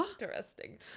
Interesting